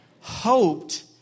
hoped